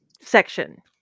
section